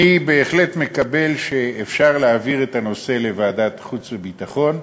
אני בהחלט מקבל שאפשר להעביר את הנושא לוועדת החוץ והביטחון.